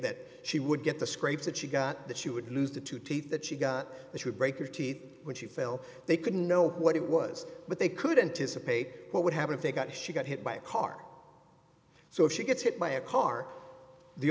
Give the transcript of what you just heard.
that she would get the scrapes that she got that she would lose the two teeth that she got that would break your teeth when she fell they couldn't know what it was but they couldn't is a paper what would happen if they got she got hit by a car so if she gets hit by a car the